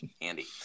Andy